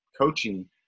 coaching